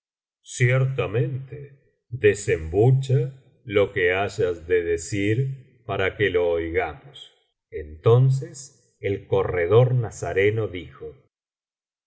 ciertamente desembucha lo que hayas ele decir para que lo oigamos entonces el corredor nazareno dijo